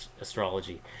astrology